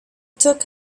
took